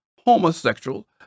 homosexual